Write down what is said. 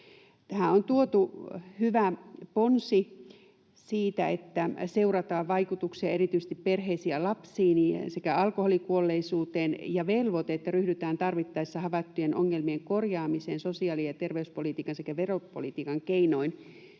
Tähän on tuotu hyvä ponsi siitä, että seurataan vaikutuksia erityisesti perheisiin ja lapsiin sekä alkoholikuolleisuuteen, ja velvoite, että tarvittaessa ryhdytään havaittujen ongelmien korjaamiseen ja sosiaali- ja terveyspolitiikan sekä veropolitiikan keinoin.